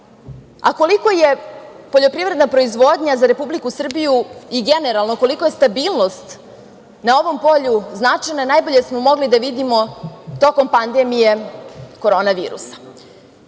zemlji. Koliko je poljoprivredna proizvodnja za Republiku Srbiju i generalno koliko je stabilnost na ovom polju značajna najbolje smo mogli da vidimo tokom pandemije korona virusa.